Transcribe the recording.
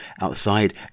outside